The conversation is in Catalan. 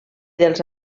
dels